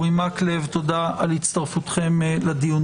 מ/1496.